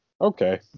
Okay